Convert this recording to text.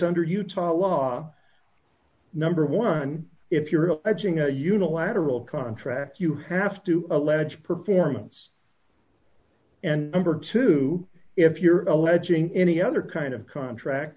under utah law number one if you're an etching a unilateral contract you have to allege performance and number two if you're alleging any other kind of contract